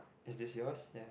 is this yours ya